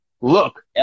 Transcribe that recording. look